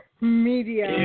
media